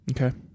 Okay